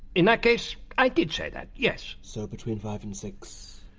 in that case, i did say that, yes. so between five and six,